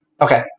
Okay